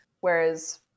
whereas